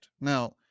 Now